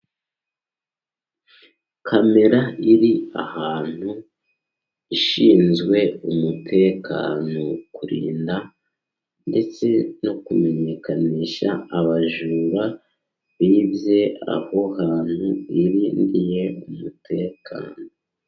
Kamera iri ahantu ishinzwe kurinda n'umutekano, ndetse no kumenyekanisha abajura bibye aho hantu harindiye umutekano.